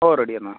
ഓ ready എന്നാൽ